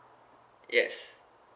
yes